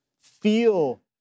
feel